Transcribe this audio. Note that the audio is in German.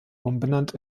umbenannt